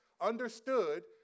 understood